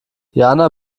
jana